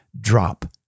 drop